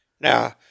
Now